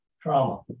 trauma